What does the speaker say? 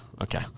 Okay